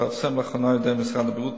שהתפרסם לאחרונה על-ידי משרד הבריאות,